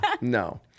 no